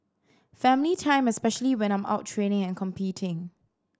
family time especially when I'm out training and competing